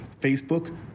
Facebook